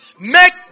make